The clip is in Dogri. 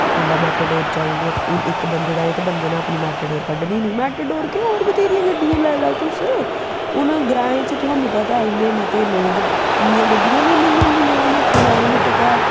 कुसलै मैटाडोर चलग हून इक बंदे तांई बंदे नै अपनी मैटाडोर कड्ढनी मैटाडोर केह् होर मतियां गड्डियां लाई लैओ तुस हून ग्राएं च तोआनू पता इन्ने मते लोग इन्नियां गड्डियां बी नेंई होंदियां इयां माड़े मुट्टे घर